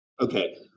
Okay